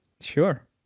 Sure